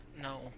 No